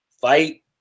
Fight